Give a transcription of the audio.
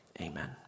Amen